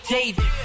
David